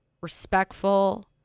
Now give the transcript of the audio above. respectful